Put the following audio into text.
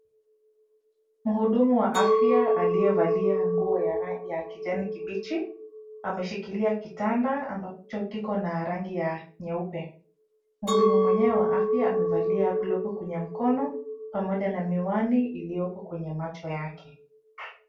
Mhudumu wa afya aliyevalia nguo ya kijani kibichi. Ameshikilia kitanda ambacho kiko na rangi ya nyeupe. Mhudumu mwenyewe wa afya amevalia glovu kwenye mkono, pamoja na miwani iliyoko kwenye macho yake.